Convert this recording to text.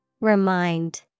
Remind